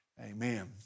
Amen